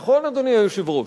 נכון, אדוני היושב-ראש?